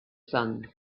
sun